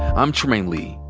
i'm trymaine lee,